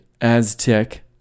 Aztec